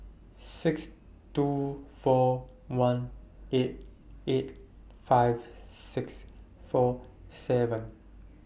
six two four one eight eight five six four seven